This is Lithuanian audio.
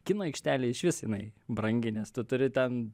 kino aikštelėj išvis jinai brangi nes tu turi ten